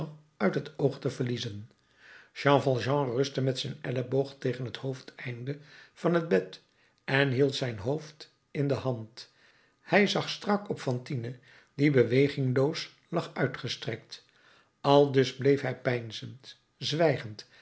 uit het oog te verliezen jean valjean rustte met zijn elleboog tegen het hoofdeinde van het bed en hield zijn hoofd in de hand hij zag strak op fantine die bewegingloos lag uitgestrekt aldus bleef hij peinzend zwijgend